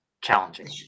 challenging